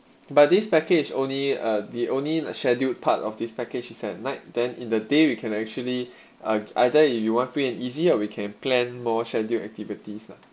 but this package only uh they only scheduled part of this package is at night then in the day we can actually uh either if you want free and easy or we can plan more schedule activities lah